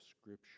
Scripture